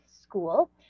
school